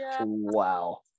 wow